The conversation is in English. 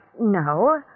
no